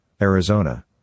Arizona